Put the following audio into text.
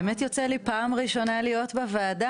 באמת יוצא לי פעם ראשונה להיות בוועדה,